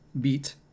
Beat